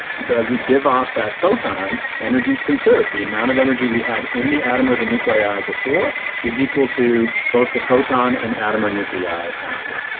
and so as we give off that photon energy is conserved. the amount of energy we had in the atom or the nuclei before is equal to both the photon and the atom or nuclei after.